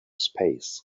space